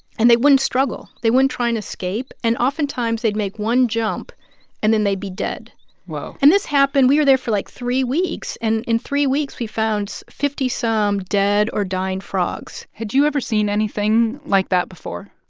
and they wouldn't struggle. they wouldn't try and escape. and oftentimes, they'd make one jump and then they'd be dead whoa and this happened we were there for like three weeks. and in three weeks, we found fifty some dead or dying frogs had you ever seen anything like that before?